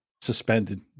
suspended